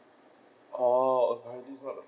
oh okay this is not